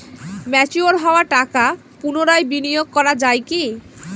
Mature হওয়া টাকা পুনরায় বিনিয়োগ করা য়ায় কি?